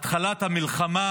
תחילת המלחמה